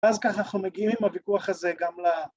‫אז ככה אנחנו מגיעים ‫עם הוויכוח הזה גם ל...